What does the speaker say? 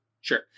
Sure